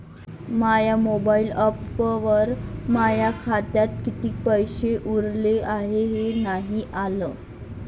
माया mobile ॲपवर माया खात्यात किती पैसे उरले हाय हे नाही आलं